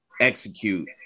execute